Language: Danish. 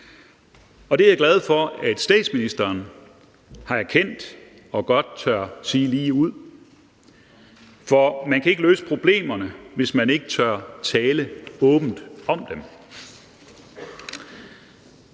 Det er jeg glad for at statsministeren har erkendt og godt tør sige ligeud, for man kan ikke løse problemerne, hvis man ikke tør tale åbent om dem.